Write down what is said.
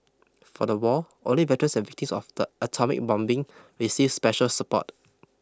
for the war only veterans and victims of the atomic bombing received special support